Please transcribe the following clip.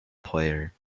player